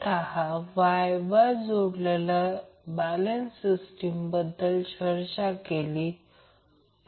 तर एकत्र जोडणी Yts खाली Y हे फेज व्होल्टेज करंट दिले आहेत